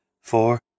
four